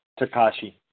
Takashi